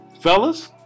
Fellas